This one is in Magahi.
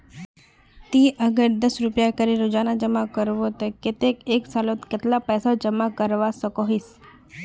ती अगर दस रुपया करे रोजाना जमा करबो ते कतेक एक सालोत कतेला पैसा जमा करवा सकोहिस?